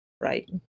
right